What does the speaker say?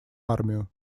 армию